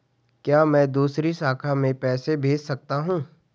क्या मैं दूसरी शाखा में पैसे भेज सकता हूँ?